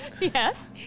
yes